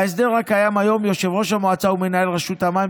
בהסדר הקיים היום יושב-ראש המועצה הוא מנהל רשות המים,